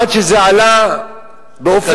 עד שזה עלה באופן,